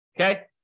Okay